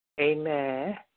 Amen